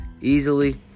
easily